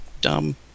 dumb